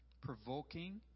provoking